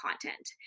content